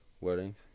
weddings